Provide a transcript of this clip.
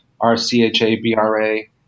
R-C-H-A-B-R-A